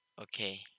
Okay